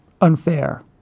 unfair